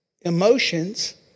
emotions